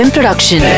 Production